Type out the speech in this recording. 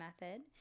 method